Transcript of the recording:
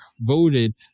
voted